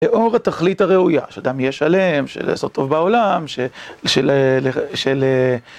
לאור התכלית הראויה, שאדם יהיה שלם, של לעשות טוב בעולם, של...של...